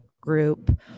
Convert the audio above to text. group